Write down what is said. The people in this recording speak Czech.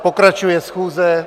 Pokračuje schůze.